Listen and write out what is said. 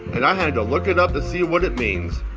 and i had to look it up to see what it means.